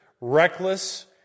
reckless